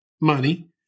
money